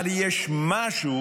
אבל יש משהו